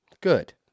Good